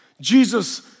Jesus